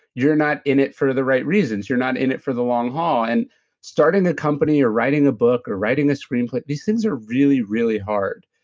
you're not in it for the right reasons. you're not in it for the long haul. and starting a company or writing a book or writing a screenplay, these things are really, really hard